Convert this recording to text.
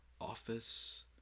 office